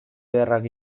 ederrak